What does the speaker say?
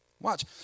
Watch